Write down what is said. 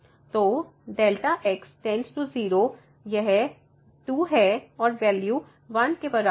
तो Δ x → 0 यह 2 है और वैल्यू 1 के बराबर है